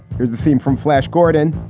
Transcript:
here's the theme from flash gordon.